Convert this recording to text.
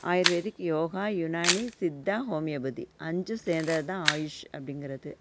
ayurvedic yoga Unani Siddha homeopathy அஞ்சும் சேர்ந்தது தான் ஆயுஷ் அப்படிங்கிறது